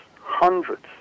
hundreds